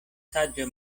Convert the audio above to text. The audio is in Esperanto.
saĝa